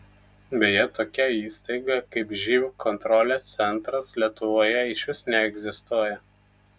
beje tokia įstaiga kaip živ kontrolės centras lietuvoje išvis neegzistuoja